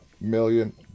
million